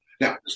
Now